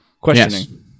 Questioning